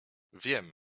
wiem